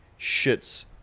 shits